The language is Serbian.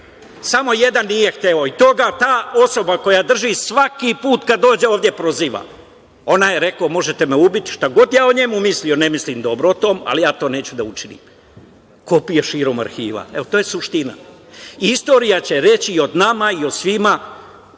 Samo jedan nije hteo i ta osoba koja drži svaki put kada dođe ovde proziva. Onaj je rekao možete me ubiti, šta god ja o njemu mislio, ne mislim dobro o tom, ali je to neću da učinim, kopije širom arhiva. To je suština. Istorija će reći i o nama i o svima